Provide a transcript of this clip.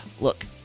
Look